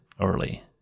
early